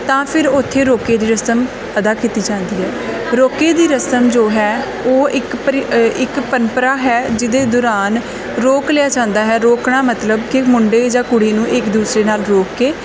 ਤਾਂ ਫਿਰ ਉੱਥੇ ਰੋਕੇ ਦੀ ਰਸਮ ਅਦਾ ਕੀਤੀ ਜਾਂਦੀ ਹੈ ਰੋਕੇ ਦੀ ਰਸਮ ਜੋ ਹੈ ਉਹ ਇੱਕ ਪਰੀ ਇੱਕ ਪਰੰਪਰਾ ਹੈ ਜਿਹਦੇ ਦੌਰਾਨ ਰੋਕ ਲਿਆ ਜਾਂਦਾ ਹੈ ਰੋਕਣਾ ਮਤਲਬ ਕਿ ਮੁੰਡੇ ਜਾਂ ਕੁੜੀ ਨੂੰ ਇੱਕ ਦੂਸਰੇ ਨਾਲ ਰੋਕ ਕੇ